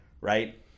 right